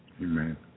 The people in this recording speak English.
amen